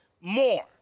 more